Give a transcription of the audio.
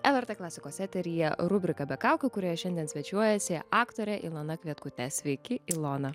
lrt klasikos eteryje rubrika be kaukių kurioje šiandien svečiuojasi aktorė ilona kvietkutė sveiki ilona